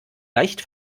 leicht